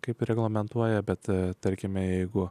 kaip reglamentuoja bet tarkime jeigu